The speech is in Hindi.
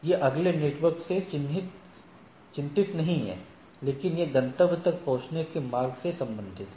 यह अगले नेटवर्क से चिंतित नहीं है लेकिन यह गंतव्य तक पहुंचने के मार्ग से संबंधित है